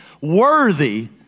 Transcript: worthy